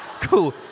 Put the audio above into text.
cool